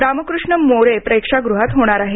रामकृष्ण मोरे प्रेक्षागृहात होणार आहे